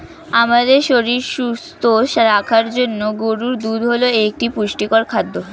আমাদের শরীর সুস্থ রাখার জন্য গরুর দুধ হল একটি পুষ্টিকর খাদ্য